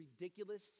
ridiculous